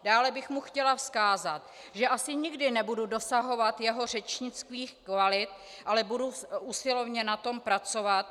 Dále bych mu chtěla vzkázat, že asi nikdy nebudu dosahovat jeho řečnických kvalit, ale budu usilovně na tom pracovat.